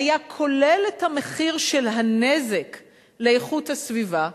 היה כולל את המחיר של הנזק לאיכות הסביבה,